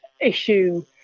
issue